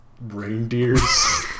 reindeers